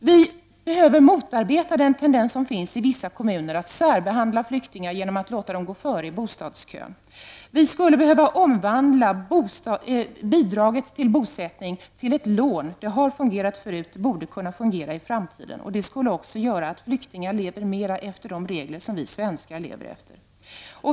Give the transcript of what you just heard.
Vi behöver motarbeta den tendens som finns i vissa kommuner, att särbehandla flyktingar genom att låta dem gå före i bostadskön. Vi skulle behöva omvandla bosättningsbidraget till ett lån. Det har fungerat förut och borde kunna fungera i framtiden. Det skulle också göra att flyktingar skulle leva mera efter de regler som vi svenskar lever efter.